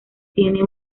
tiene